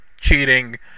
cheating